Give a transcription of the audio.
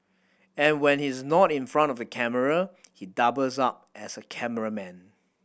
and when he's not in front of the camera he doubles up as a cameraman